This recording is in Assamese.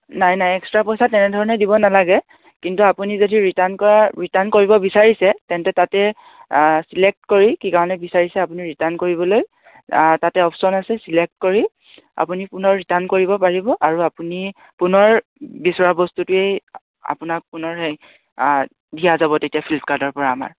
নাই নাই এক্সট্ৰা পইচা তেনেধৰণে দিব নালাগে কিন্তু আপুনি যদি ৰিটাৰ্ণ কৰা ৰিটাৰ্ণ কৰিব বিচাৰিছে তেন্তে তাতে চিলেক্ট কৰি কি কাৰণে বিচাৰিছে আপুনি ৰিটাৰ্ণ কৰিবলৈ তাতে অপশ্যন আছে চিলেক্ট কৰি আপুনি পুনৰ ৰিটাৰ্ণ কৰিব পাৰিব আৰু আপুনি পুনৰ বিচৰা বস্তুটোৱেই আপোনাক পুনৰ দিয়া যাব তেতিয়া ফ্লিপকাৰ্টৰ পৰা আমাৰ